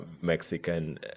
Mexican